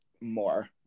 more